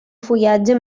fullatge